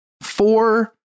four